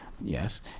yes